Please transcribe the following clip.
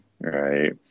right